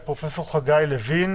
פשוט לחדד שגם אם זה לא באופן תדיר,